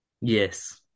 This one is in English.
Yes